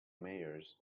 mayors